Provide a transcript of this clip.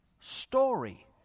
story